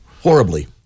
Horribly